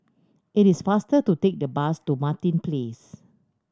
it is faster to take the bus to Martin Place